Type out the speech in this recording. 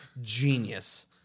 Genius